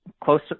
close